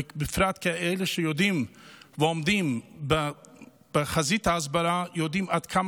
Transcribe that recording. בפרט אלה שעומדים בחזית ההסברה יודעים עד כמה